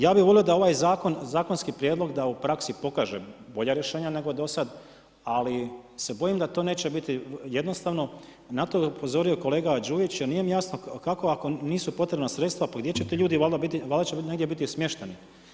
Ja bi volio da ovaj zakon, zakonski prijedlog da u praksi pokaže bolje riješena nego do sada, ali se bojim da to neće biti jednostavno, na to je upozorio i kolega Đujić, jer nije mi jasno, kako ako nisu potrebna sredstva, pa gdje će ti ljudi biti, valjda će biti negdje biti smješteni.